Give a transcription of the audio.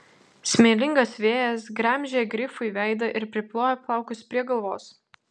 smėlingas vėjas gremžė grifui veidą ir priplojo plaukus prie galvos